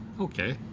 Okay